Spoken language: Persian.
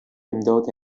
امداد